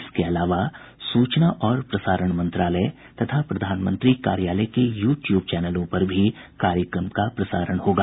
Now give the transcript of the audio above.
इसके अलावा सूचना और प्रसारण मंत्रालय तथा प्रधानमंत्री कार्यालय के यू ट्यूब चैनलों पर भी कार्यक्रम का प्रसारण होगा